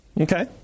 Okay